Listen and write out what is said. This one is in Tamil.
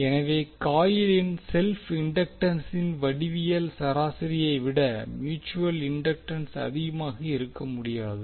எனவே காயிலின் செல்ப் இண்டக்டன்ஸின் வடிவியல் சராசரியை விட மியூட்சுவல் இன்டக்டன்ஸ் அதிகமாக இருக்க முடியாது